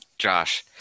Josh